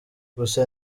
gusa